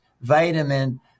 vitamin